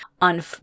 on